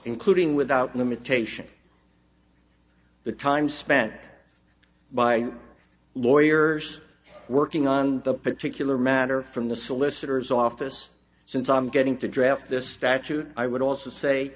including without limitation the time spent by lawyers working on the particular matter from the solicitor's office since i'm getting to draft this statute i would also say